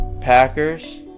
Packers